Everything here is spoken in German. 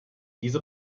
diese